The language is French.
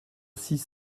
six